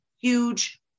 huge